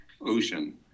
ocean